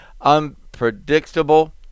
unpredictable